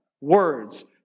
words